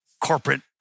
corporate